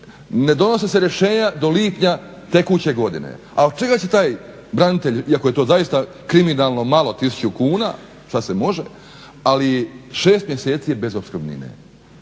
ne donose se rješenja do lipnja tekuće godine. A od čega će taj branitelj iako je to zaista kriminalno malo tisuću kuna, što se može, ali 6 mjeseci je bez opskrbnine.